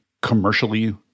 commercially